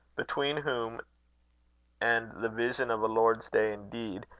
between whom and the vision of a lord's day indeed,